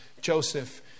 Joseph